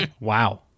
Wow